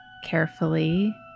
carefully